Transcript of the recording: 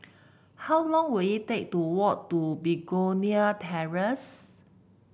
how long will it take to walk to Begonia Terrace